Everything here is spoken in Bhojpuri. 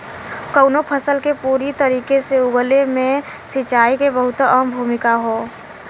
कउनो फसल के पूरी तरीके से उगले मे सिंचाई के बहुते अहम भूमिका हौ